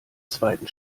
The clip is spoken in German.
zweiten